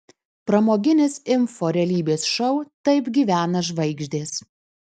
pramoginis info realybės šou taip gyvena žvaigždės